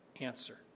answer